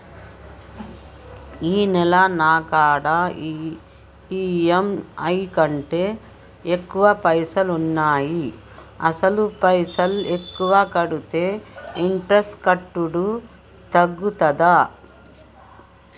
ఈ నెల నా కాడా ఈ.ఎమ్.ఐ కంటే ఎక్కువ పైసల్ ఉన్నాయి అసలు పైసల్ ఎక్కువ కడితే ఇంట్రెస్ట్ కట్టుడు తగ్గుతదా?